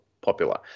popular